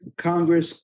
Congress